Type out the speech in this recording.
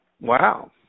Wow